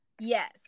Yes